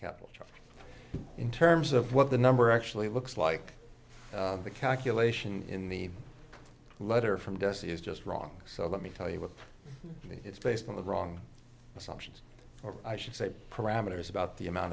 charged in terms of what the number actually looks like the calculation in the letter from does is just wrong so let me tell you what it's based on the wrong assumptions or i should say parameters about the amount